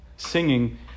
singing